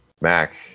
Mac